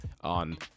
on